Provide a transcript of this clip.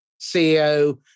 CEO